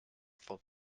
for